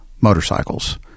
motorcycles